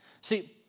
See